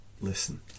listen